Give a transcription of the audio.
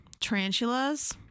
tarantulas